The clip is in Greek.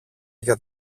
για